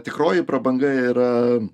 tikroji prabanga yra